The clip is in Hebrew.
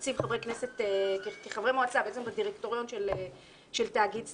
מציב חברי כנסת כחברי מועצה בדירקטוריון של תאגיד סטטוטורי,